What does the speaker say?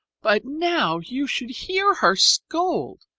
but now you should hear her scold!